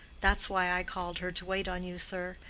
that's why i called her to wait on you, sir.